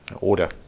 order